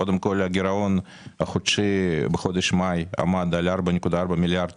קודם כול, הגירעון בחודש מאי עמד על 4.4 מיליארד